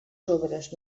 sobres